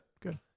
good